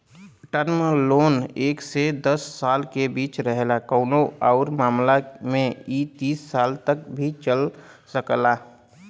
term loan एक से दस साल के बीच रहेला कउनो आउर मामला में इ तीस साल तक भी चल सकला